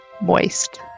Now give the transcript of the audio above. moist